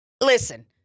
Listen